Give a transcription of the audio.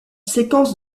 séquence